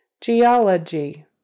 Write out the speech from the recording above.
Geology